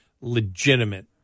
legitimate